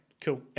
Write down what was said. cool